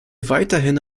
weiterhin